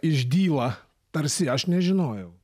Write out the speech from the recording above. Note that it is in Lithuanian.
išdyla tarsi aš nežinojau